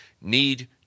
need